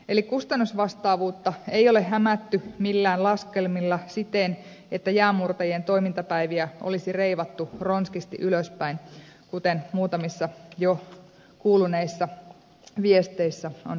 eli kustannusvastaavuutta ei ole hämätty millään laskelmilla siten että jäänmurtajien toimintapäiviä olisi reivattu ronskisti ylöspäin kuten muutamissa jo kuuluneissa viesteissä on väitetty